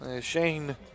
Shane